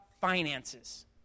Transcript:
finances